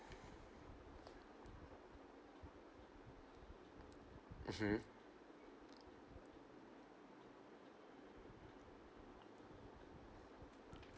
mmhmm